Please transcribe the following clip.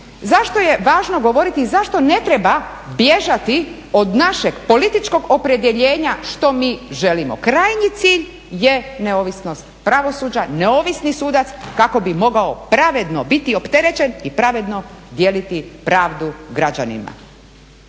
Zašto je važno govoriti i zašto ne treba bježati od našeg političkog opredjeljenja što mi želimo. Krajnji cilj je neovisnost pravosuđa, neovisni sudac kako bi mogao pravedno biti opterećen i pravedno dijeliti pravdu građanima.